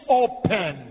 open